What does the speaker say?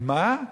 מה?